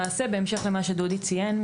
בהמשך למה שדודי ציין,